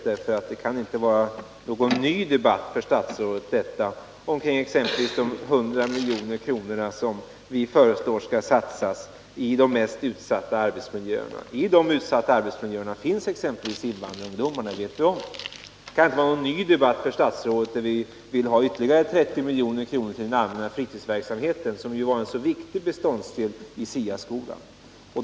Debatten omkring exempelvis de hundra miljoner kronorna, som vi föreslår skall satsas i de mest utsatta arbetsmiljöerna, kan inte vara någon ny debatt för statsrådet. I de utsatta arbetsmiljöerna finns exempelvis invandrarungdomarna. Det vet vi om. Det kan inte vara något nytt för statsrådet när vi vill haytterligare 30 milj.kr. till den allmänna fritidsverksamheten, som ju var en viktig beståndsdel i SIA-skolan.